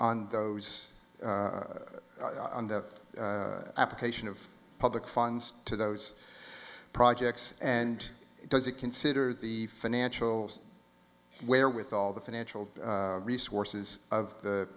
on those on the application of public funds to those projects and does it consider the financial where with all the financial resources of the